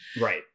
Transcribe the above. Right